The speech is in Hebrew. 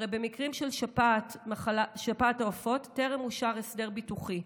הרי במקרים של שפעת העופות טרם אושר הסדר ביטוחי,